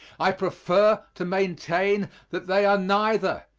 i prefer to maintain that they are neither,